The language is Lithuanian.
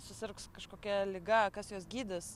susirgs kažkokia liga kas juos gydys